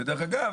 דרך אגב,